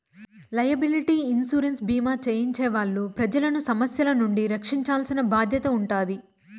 liability insurance భీమా చేయించే వాళ్ళు ప్రజలను సమస్యల నుండి రక్షించాల్సిన బాధ్యత ఉంటాది